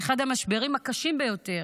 אחד המשברים הקשים ביותר,